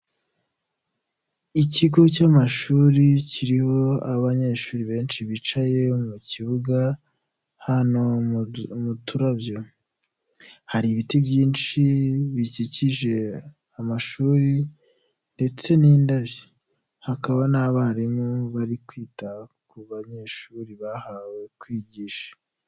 Ikigo cy'amashuri kiriho abanyeshuri benshi bicaye mu kibuga, muturabyo hari ibiti byinshi bikikije amashuri ndetse n'indabyo hakaba n'abarimu bari kwita ku banyeshuri, bahawe kwigisha.